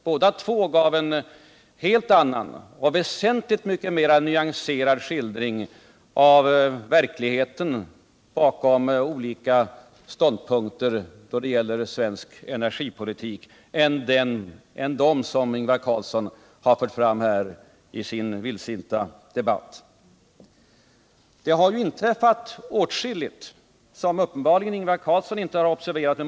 Båda två gav en helt annan och väsentligt mycket mera nyanserad skildring av verkligheten bakom olika ståndpunkter då det gäller svensk energipolitik än vad Ingvar Carlsson här fört fram i sin vildsinta debatt. Det har inträffat åtskilligt som många andra men uppenbarligen inte Ingvar Carlsson har observerat.